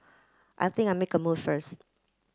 I think I make a move first